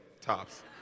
tops